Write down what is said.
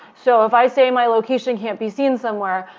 so if i say my location can't be seen somewhere,